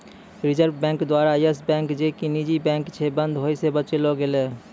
reserve बैंको द्वारा Yes bank जे कि निजी बैंक छै, बंद होय से बचैलो गेलै